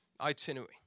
itinerary